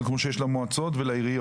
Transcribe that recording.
בדיוק כמו שיש למועצות ולעיריות.